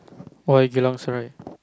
why geylang serai right